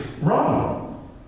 wrong